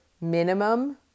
minimum